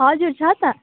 हजुर छ त